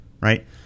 right